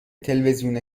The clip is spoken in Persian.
تلویزیون